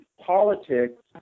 politics